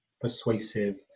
persuasive